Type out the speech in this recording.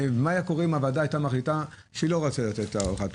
אם הוועדה היתה מחליטה שלא רוצה לתת הארכת תוקף?